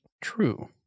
True